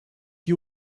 you